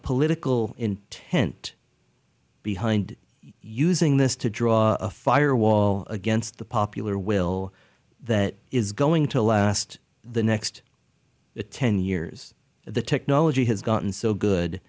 political intent behind using this to draw a fire wall against the popular will that is going to last the next ten years the technology has gotten so good